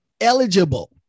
eligible